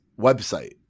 website